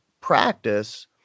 practice